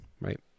right